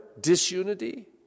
disunity